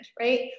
right